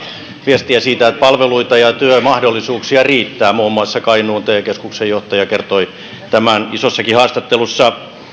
viestiä siitä että palveluita ja työmahdollisuuksia riittää muun muassa kainuun te keskuksen johtaja kertoi tämän isossakin haastattelussa